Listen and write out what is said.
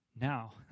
Now